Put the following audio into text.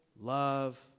love